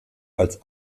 als